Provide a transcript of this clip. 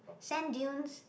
sand dunes